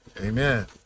Amen